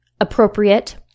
appropriate